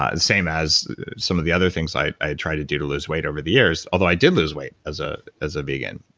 ah and same as some of the other things i i had tried to do to lose weight over the years, although i did lose weight as ah as a vegan.